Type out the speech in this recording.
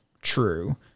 true